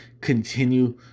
continue